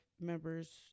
members